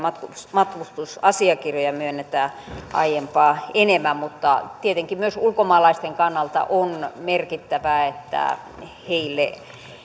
matkustusasiakirjoja myönnetään aiempaa enemmän mutta tietenkin myös ulkomaalaisten kannalta on merkittävää että heille